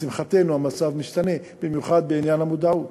לשמחתנו המצב משתנה, במיוחד בעניין המודעות,